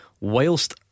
whilst